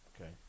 Okay